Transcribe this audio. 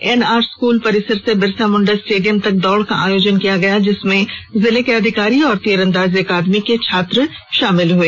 NR school परिसर से Birsa Munda stadium तक दौड़ का आयोजन किया गया जिसमें जिले के अधिकारी और तीरंदाजी अकादमी के छात्र शामिल हुए